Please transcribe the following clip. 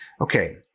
Okay